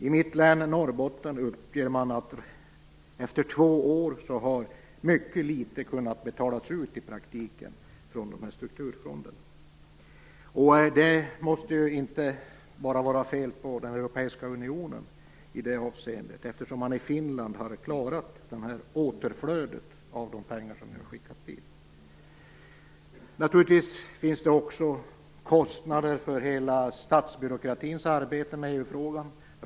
I mitt län, Norrbotten, uppger man att mycket litet i praktiken har kunnat betalas ut från dessa strukturfonder efter två år. Det måste inte bara vara fel på den europeiska unionen i det avseendet, eftersom man i Finland har klarat återflödet av de pengar som man har skickat in. Naturligtvis finns det också kostnader för statsbyråkratins arbete med EU-frågan.